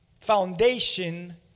foundation